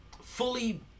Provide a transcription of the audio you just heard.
Fully